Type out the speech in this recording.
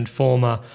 former